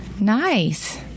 nice